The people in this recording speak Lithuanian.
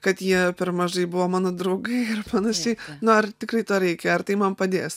kad jie per mažai buvo mano draugai ir panašiai nu ar tikrai to reikia ar tai man padės